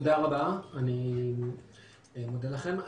תודה רבה, אני מודה לכם.